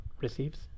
receives